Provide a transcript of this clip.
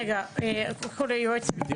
גברתי,